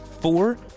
four